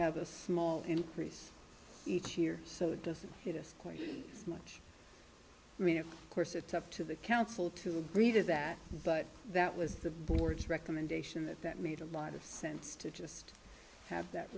have a small increase each year so it doesn't get us quite as much rain of course it's up to the council to agree to that but that was the board's recommendation that that made a lot of sense to just have that